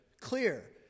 clear